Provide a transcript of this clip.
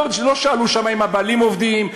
לא שאלו שם אם הבעלים עובדים,